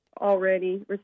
already